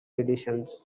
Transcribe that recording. editions